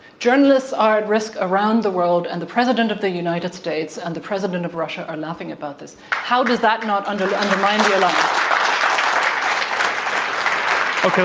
journalists are at risk around the world and the president of the united states and the president of russia are laughing about this. how does that not and undermine the and alliance?